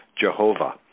Jehovah